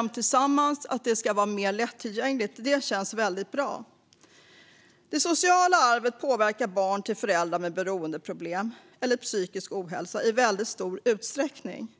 och tillsammans bestämt att det ska vara mer lättillgängligt. Det känns väldigt bra. Det sociala arvet påverkar barn till föräldrar med beroendeproblem eller psykisk ohälsa i väldigt stor utsträckning.